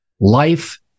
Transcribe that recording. Life